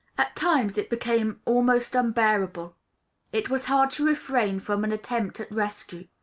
at times it became almost unbearable it was hard to refrain from an attempt at rescue.